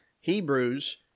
Hebrews